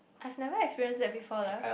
I've never experience that before lah